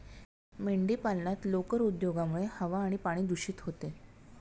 मेंढीपालनात लोकर उद्योगामुळे हवा आणि पाणी दूषित होते